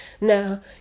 Now